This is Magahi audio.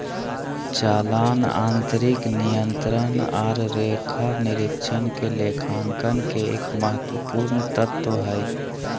चालान आंतरिक नियंत्रण आर लेखा परीक्षक के लेखांकन के एक महत्वपूर्ण तत्व हय